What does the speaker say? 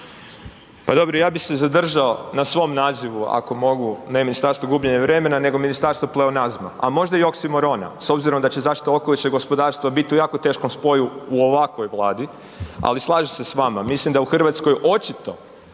Pa dobro, ja bi se zadržao na svom nazivu ako mogu, ne Ministarstvu gubljenja vremena nego Ministarstvo pleonazma, a možda i oksimorona s obzirom da će zaštita okoliša i gospodarstava bit u jako teškom spoju u ovakvoj vladi, ali slažem se s vama, mislim da u RH očito